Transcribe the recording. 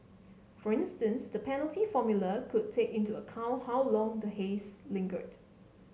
for instance the penalty formula could take into account how long the haze lingered